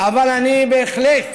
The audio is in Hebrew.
אבל אני בהחלט